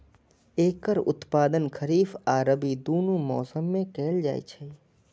एकर उत्पादन खरीफ आ रबी, दुनू मौसम मे कैल जाइ छै